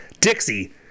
Dixie